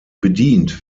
bedient